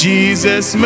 Jesus